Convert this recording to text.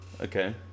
okay